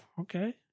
okay